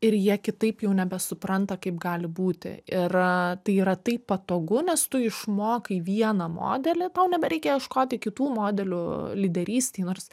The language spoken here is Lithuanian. ir jie kitaip jau nebesupranta kaip gali būti ir tai yra taip patogu nes tu išmokai vieną modelį tau nebereikia ieškoti kitų modelių lyderystei nors